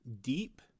deep